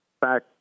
back